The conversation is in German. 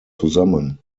zusammen